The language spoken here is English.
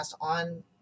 on